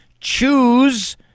choose